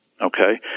okay